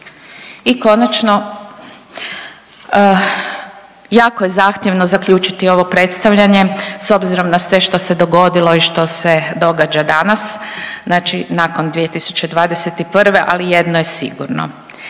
I konačno jako je zahtjevno zaključiti ovo predstavljanje s obzirom na sve što se dogodilo i što se događa danas. Znači nakon 2021. ali jedno je sigurno